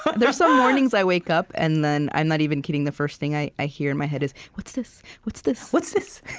but there's some mornings i wake up, and then i'm not even kidding the first thing i i hear in my head is, what's this? what's this? what's this?